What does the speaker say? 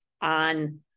on